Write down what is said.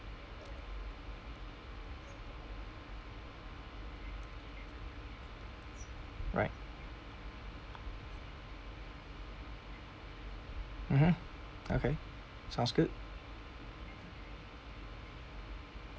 right mmhmm okay sounds good